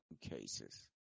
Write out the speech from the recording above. cases